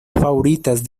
favoritas